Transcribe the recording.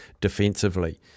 defensively